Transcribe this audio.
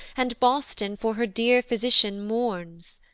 and boston for her dear physician mourns.